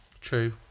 True